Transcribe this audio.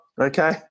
Okay